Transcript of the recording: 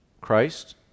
Christ